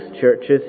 churches